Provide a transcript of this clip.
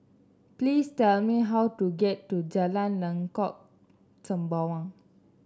please tell me how to get to Jalan Lengkok Sembawang